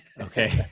Okay